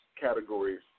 categories